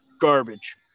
garbage